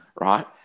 Right